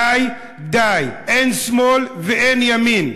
די, די, אין שמאל ואין ימין.